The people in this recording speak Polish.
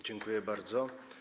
Dziękuję bardzo.